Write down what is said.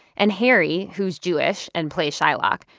and harry, who's jewish and plays shylock,